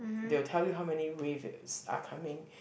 they will tell you how many wave are coming